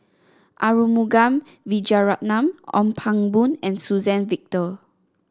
Arumugam Vijiaratnam Ong Pang Boon and Suzann Victor